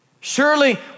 Surely